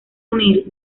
unir